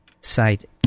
Site